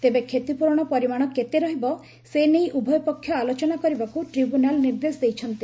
ତେବେ କ୍ଷତିପୂରଣ ପରିମାଣ କେତେ ରହିବ ସେ ନେଇ ଉଭୟପକ୍ଷ ଆଲୋଚନା କରିବାକୁ ଟ୍ରିବ୍ୟୁନାଲ୍ ନିର୍ଦ୍ଦେଶ ଦେଇଛନ୍ତି